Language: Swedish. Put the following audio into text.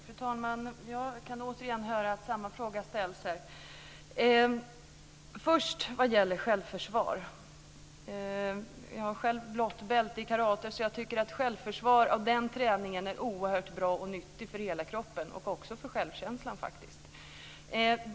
Fru talman! Jag kan återigen höra att samma fråga ställs. Först till frågan om självförsvar. Jag har själv blått bälte i karate, och jag tycker att självförsvar och den träningen är oerhört bra och nyttigt för kroppen och också bra för självkänslan.